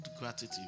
gratitude